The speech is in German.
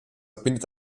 verbindet